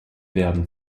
werden